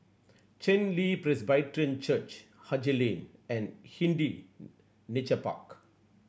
Chen Li Presbyterian Church Haji Lane and Hindhede Nature Park